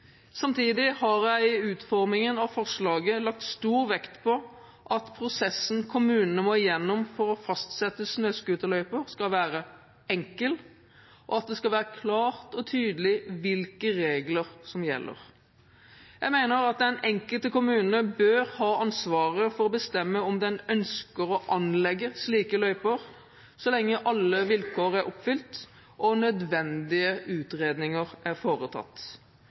Samtidig har jeg i utformingen av forslaget lagt stor vekt på at prosessen kommunene må gjennom for å fastsette snøscooterløyper, skal være enkel, og at det skal være klart og tydelig hvilke regler som gjelder. Jeg mener den enkelte kommune bør ha ansvaret for å bestemme om den ønsker å anlegge slike løyper, så lenge alle vilkår er oppfylt og nødvendige utredninger er foretatt.